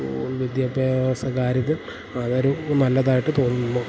school വിദ്യാഭ്യാസകാര്യത്തിൽ അതൊരു നല്ലതായിട്ട് തോന്നുന്നു